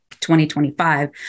2025